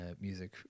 music